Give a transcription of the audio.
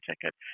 ticket